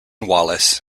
wallis